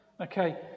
Okay